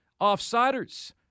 Offsiders